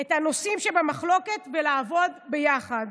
את הנושאים שבמחלוקת ולעבוד ביחד.